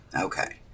Okay